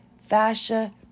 fascia